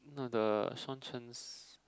no the Shawn-Chen's